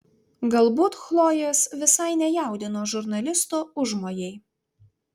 galbūt chlojės visai nejaudino žurnalisto užmojai